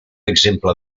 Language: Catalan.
exemple